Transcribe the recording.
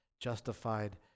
justified